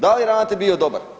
Da li je ravnatelj bio dobar?